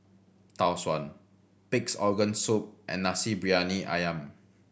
Tau Suan Pig's Organ Soup and Nasi Briyani Ayam